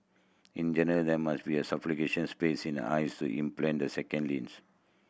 in general there must be a space in the eyes to implant the second lens